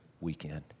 weekend